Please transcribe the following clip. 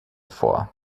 vor